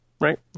right